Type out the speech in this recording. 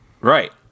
Right